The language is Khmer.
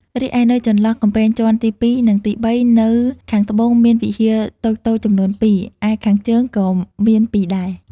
រីឯនៅចន្លោះកំពែងជាន់ទីពីរនិងទីបីនៅខាងត្បូងមានវិហារតូចៗចំនួនពីរ ឯខាងជើងក៏មានពីរដែរ ។